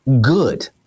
good